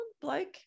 bloke